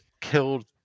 killed